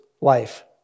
life